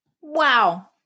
Wow